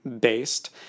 based